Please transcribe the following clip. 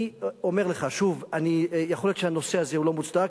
אני אומר לך שוב: יכול להיות שהנושא הזה לא מוצדק